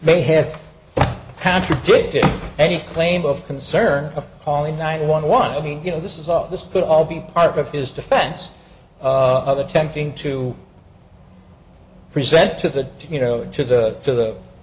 may have contradicted any claim of concern of calling nine one one i mean you know this is all this could all be part of his defense of attempting to present to the you know to the to the the